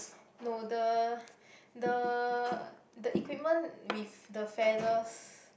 no the the the equipment with the feathers